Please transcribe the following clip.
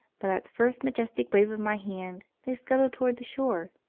but at the first majestic wave of my hand they scuttle toward the shore.